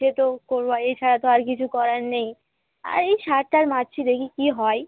সে তো করবো আর এছাড়া তো আর কিছু করার নেই আর এই সার টার মারছি দেখি কী হয়